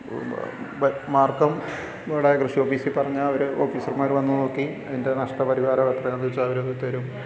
മാർഗ്ഗം ഇവിടെ കൃഷി ഓഫീസിൽ പറഞ്ഞാൽ അവർ ഓഫീസർമ്മാർ വന്നു നോക്കി അതിന്റെ നഷ്ടപരിഹാരം എത്രയാന്ന് വെച്ചാൽ അവർ അത് തരും